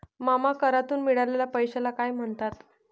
मामा करातून मिळालेल्या पैशाला काय म्हणतात?